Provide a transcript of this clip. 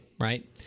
right